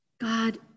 God